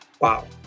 Wow